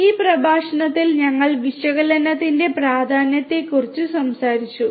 ഈ പ്രഭാഷണത്തിൽ ഞങ്ങൾ വിശകലനത്തിന്റെ പ്രാധാന്യത്തെക്കുറിച്ച് സംസാരിച്ചു